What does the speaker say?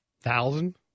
Thousand